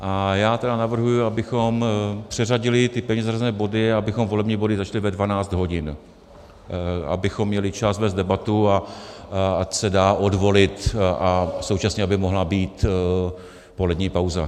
A já tedy navrhuji, abychom přeřadili ty pevně zařazené body a abychom volební body začali ve 12 hodin, abychom měli čas vést debatu, a ať se dá odvolit, a současně aby mohla být polední pauza.